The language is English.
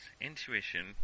intuition